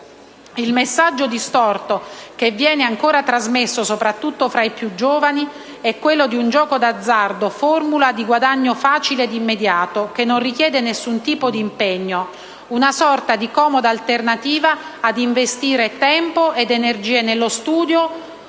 Il messaggio distorto che viene ancora trasmesso, soprattutto fra i più giovani, è quello di un gioco d'azzardo come formula di guadagno facile ed immediato, che non richiede nessun tipo di impegno: una sorta di comoda alternativa ad investire tempo ed energie nello studio